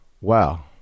wow